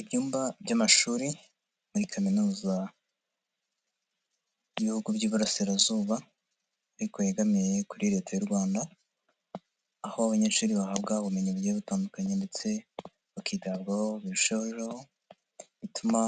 Ibyumba by'amashuri muri kaminuza y'ibihugu by'Iburasirazuba ariko yegamiye kuri Leta y'u Rwanda aho abanyeshuri bahabwa ubumenyi butandukanye ndetse bakitabwaho birushijeho bituma